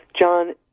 John